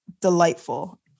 delightful